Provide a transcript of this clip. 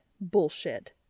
Bullshit